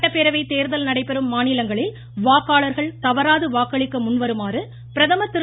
சட்டப்பேரவைத் தேர்தல் நடைபெறும் மாநிலங்களில் வாக்காளர்கள் தவறாது வாக்களிக்க முன்வருமாறு பிரதமர் திரு